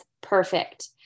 perfect